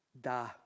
da